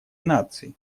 наций